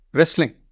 Wrestling